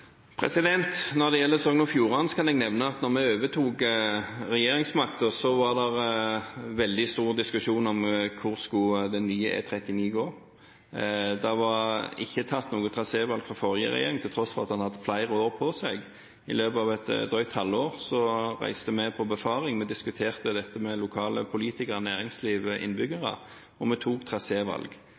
NTP? Når det gjelder Sogn og Fjordane, kan jeg nevne at da vi overtok regjeringsmakten, var det veldig stor diskusjon om hvor den nye E39 skulle gå. Det var ikke tatt noe trasévalg av den forrige regjeringen, til tross for at en hadde hatt flere år på seg. I løpet av et drøyt halvår reiste vi på befaring, vi diskuterte dette med lokale politikere, næringsliv og innbyggere, og vi tok